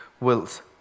wills